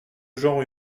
genre